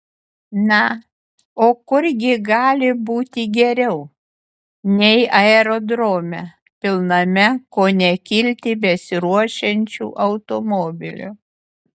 na o kur gi gali būti geriau nei aerodrome pilname ko ne kilti besiruošiančių automobilių